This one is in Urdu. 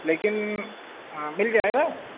لیکن مل جائے گا